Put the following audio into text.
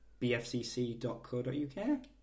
bfcc.co.uk